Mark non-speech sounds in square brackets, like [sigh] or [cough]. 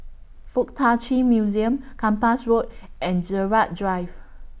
Fuk Tak Chi Museum Kempas Road [noise] and Gerald Drive